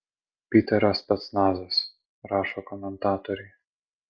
piterio specnazas rašo komentatoriai